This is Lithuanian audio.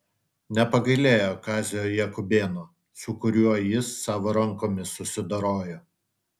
nepagailėjo kazio jakubėno su kuriuo jis savo rankomis susidorojo